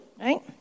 right